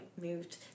moved